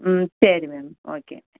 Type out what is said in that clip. ம் சரி ma'am okay